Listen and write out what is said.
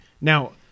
Now